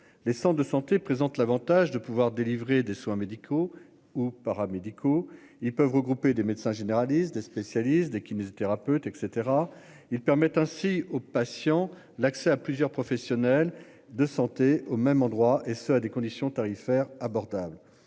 les 100 de santé présente l'Avantage de pouvoir délivrer des soins médicaux ou paramédicaux, ils peuvent regrouper des médecins généralistes, des spécialistes des kinésithérapeutes et caetera. Il permet ainsi aux patients l'accès à plusieurs professionnels de santé au même endroit et ce à des conditions tarifaires abordables.